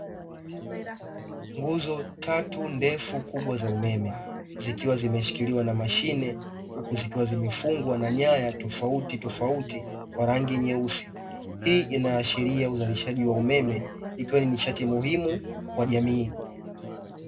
Nguzo tatu ndefu kubwa za umeme zikiwa zimeshikiliwa na mashine huku zikiwa zimefungwa na nyaya tofauti tofauti kwa rangi nyeusi, hii inaashiria uzalishaji wa umeme ikiwa ni nishati muhimu kwa jamii.